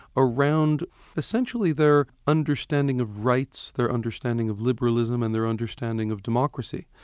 around essentially their understanding of rights, their understanding of liberalism and their understanding of democracy,